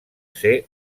ser